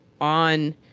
on